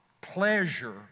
pleasure